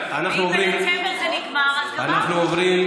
ואם בדצמבר זה נגמר אז גמרנו,